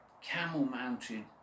camel-mounted